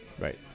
Right